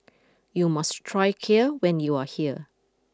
you must try Kheer when you are here